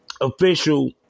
official